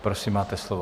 Prosím, máte slovo.